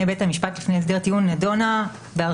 בית המשפט לפני הסדר טיעון נדונה בהרחבה.